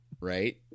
right